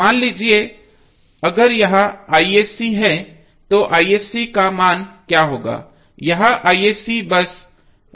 मान लीजिए अगर यह है तो का मान क्या होगा यह बसहोगा